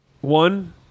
One